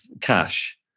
cash